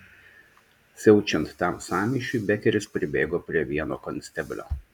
siaučiant tam sąmyšiui bekeris pribėgo prie vieno konsteblio